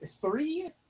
three